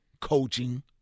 coaching